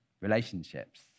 relationships